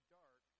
dark